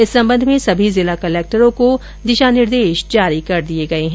इस संबंध में सभी जिला कलेक्टरों को दिशा निर्देश जारी कर दिये गये है